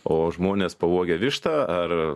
o žmonės pavogę vištą ar